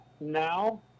now